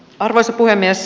arvoisa puhemies